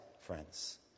friends